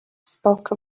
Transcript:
spoke